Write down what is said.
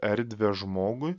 erdvę žmogui